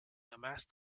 amassed